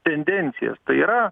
tendencijas tai yra